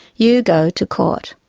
you go to court.